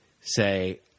say